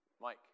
Mike